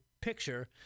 picture